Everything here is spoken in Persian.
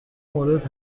مورد